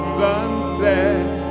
sunset